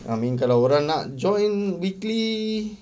I mean kalau orang nak join weekly